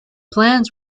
plans